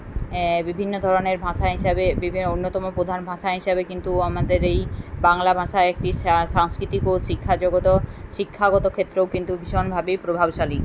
বিভিন্ন ধরনের ভাষা হিসাবে বিভিন্ন উন্নতম প্রধান ভাষা হিসাবে কিন্তু আমাদের এই বাংলা ভাষা একটি স্রা সাংস্কৃতিক ও শিক্ষা জগৎ ও শিক্ষাগত ক্ষেত্রেও কিন্তু ভীষণভাবেই প্রভাবশালী